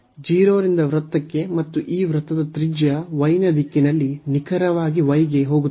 0 ರಿಂದ ವೃತ್ತಕ್ಕೆ ಮತ್ತು ಈ ವೃತ್ತದ ತ್ರಿಜ್ಯ y ನ ದಿಕ್ಕಿನಲ್ಲಿ ನಿಖರವಾಗಿ y ಗೆ ಹೋಗುತ್ತದೆ